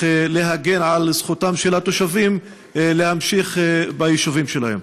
להגן על זכותם של התושבים להמשיך לגור ביישובים שלהם.